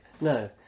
no